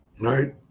right